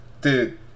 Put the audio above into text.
Dude